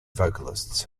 vocalists